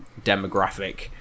demographic